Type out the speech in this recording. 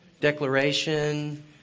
declaration